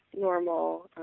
normal